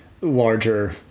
Larger